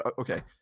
Okay